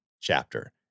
chapter